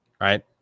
right